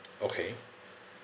okay